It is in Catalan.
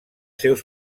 seus